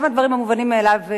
גם הדברים המובנים מאליהם,